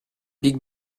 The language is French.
big